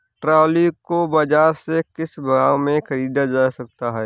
Trolley को बाजार से किस भाव में ख़रीदा जा सकता है?